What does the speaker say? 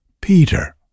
Peter